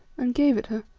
and gave it her.